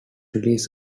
released